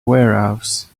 warehouse